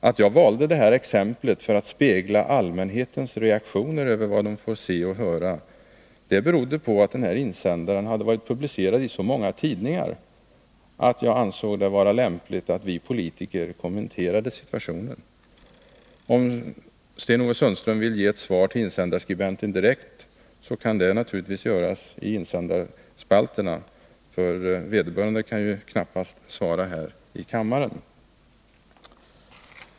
Att jag valde det här exemplet för att spegla allmänhetens reaktion över vad man får se och höra berodde på att den här insändaren publicerats i så många tidningar att jag ansåg det vara lämpligt att vi politiker kommenterade situationen. Om Sten-Ove Sundström vill ge ett svar till insändarskribenten direkt, kan det naturligtvis göras i insändarspalterna, för vederbörande kan knappast svara här i kammaren.